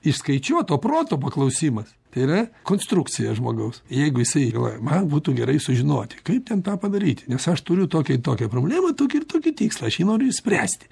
išskaičiuoto proto paklausimas tai yra konstrukcija žmogaus jeigu jisai galvoja man būtų gerai sužinoti kaip ten tą padaryti nes aš turiu tokią ir tokią problemą tokį ir tokį tikslą aš noriu išspręsti